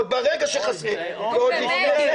עוד ברגע ש --- נו באמת,